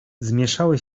zmieszały